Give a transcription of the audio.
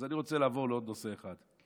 אז אני רוצה לעבור לעוד נושא אחד.